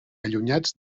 allunyats